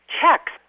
Checks